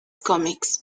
comics